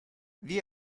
wie